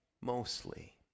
mostly